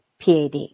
PAD